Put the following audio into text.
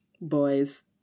boys